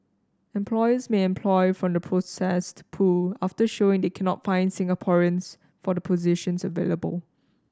employers may employ from the processed pool after showing they cannot find Singaporeans for the positions available